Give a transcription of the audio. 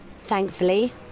Thankfully